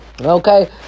Okay